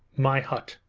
my hut.